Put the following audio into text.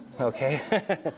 Okay